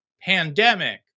pandemic